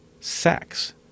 sex